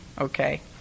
Okay